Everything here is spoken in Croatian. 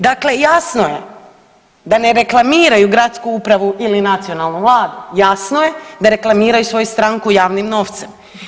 Dakle jasno je da ne reklamiraju jasnu upravu ili nacionalnu vladu, jasno je da reklamiraju svoju stranku javnim novcem.